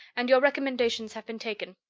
and your recommendations have been taken.